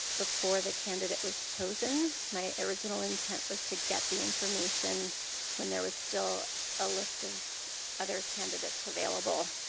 before the candidate was chosen, my original intent was to get the information when there was still a list of other candidates available.